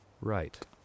right